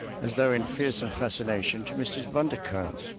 as though in fearsome fascination, to mrs. bundercombe,